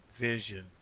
vision